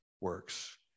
works